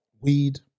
weed